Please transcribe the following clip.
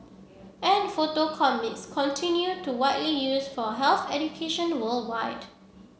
and photo comics continue to widely used for health education worldwide